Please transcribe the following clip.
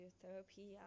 therapy